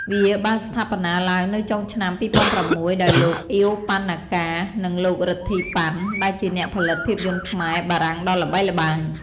វាបានស្ថាបនាឡើងនៅចុងឆ្នាំ ២០០៦ ដោយលោក អៀវ ប៉ាន់ណាកា និងលោក រិទ្ធី ប៉ាន់ ដែលជាអ្នកផលិតភាពយន្តខ្មែរ-បារាំងដ៏ល្បីល្បាញ។